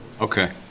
Okay